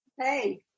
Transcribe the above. Hey